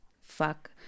fuck